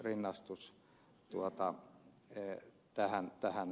rinnastus jota se että hän tähän